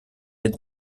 den